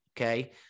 okay